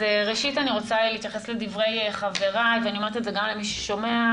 אז ראשית אני רוצה להתייחס לדברי חבריי ואני אומרת את זה גם למי ששומע,